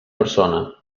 persona